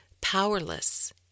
powerless